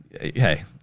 hey